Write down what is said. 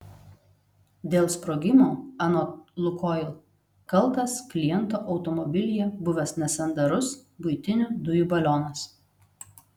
dėl sprogimo anot lukoil kaltas kliento automobilyje buvęs nesandarus buitinių dujų balionas